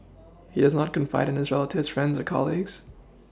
he does not confide in his relatives friends or colleagues